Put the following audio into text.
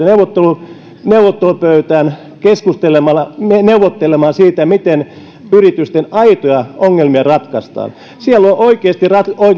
neuvottelupöytään neuvottelemaan siitä miten yritysten aitoja ongelmia ratkaistaan siellä on oikeasti